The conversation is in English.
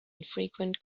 infrequent